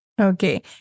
Okay